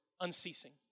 unceasing